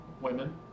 Women